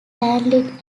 handling